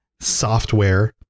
software